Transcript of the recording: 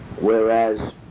Whereas